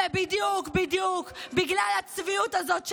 ובדיוק בדיוק בגלל הצביעות הזאת שלכן,